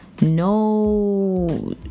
no